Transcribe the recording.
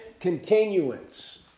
continuance